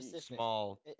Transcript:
small